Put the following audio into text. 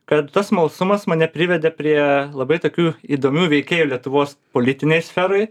kad tas smalsumas mane privedė prie labai tokių įdomių veikėjų lietuvos politinėj sferoj